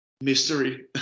mystery